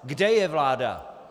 Kde je vláda?